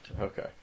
Okay